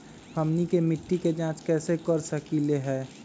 हमनी के मिट्टी के जाँच कैसे कर सकीले है?